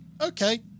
okay